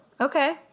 okay